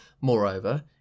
Moreover